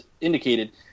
indicated